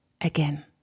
again